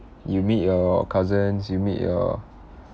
you meet your cousins you meet your